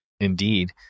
Indeed